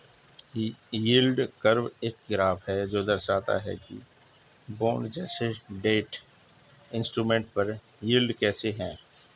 yield curve एक graph है जो दर्शाता है कि बॉन्ड जैसे डेट इंस्ट्रूमेंट पर यील्ड कैसे है